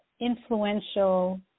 influential